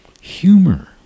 Humor